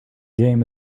game